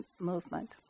movement